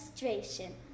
demonstration